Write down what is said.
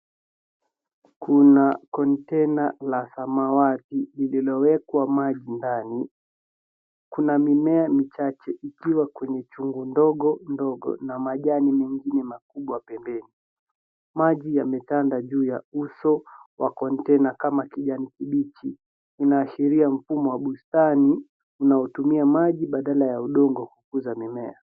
Kuna kontena la samawati lililowekwa maji ndani. Kuna mimea michache ikiwa kwenye chungu ndogo, ndogo na majani mengine makubwa pembeni. Maji yametanda juu ya uso wa kontena kama kijani kibichi, inaashiria mfumo wa bustani unaotumia maji badala ya udongo kukuza mimea.